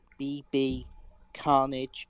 bbcarnage